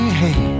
hey